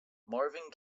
marvin